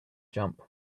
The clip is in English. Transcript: jump